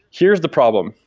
here's the problem.